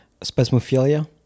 spasmophilia